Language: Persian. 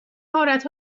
مهارت